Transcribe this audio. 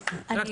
אני